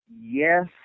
Yes